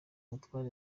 mutwara